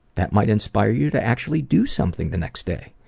that might inspire you to actually do something the next day.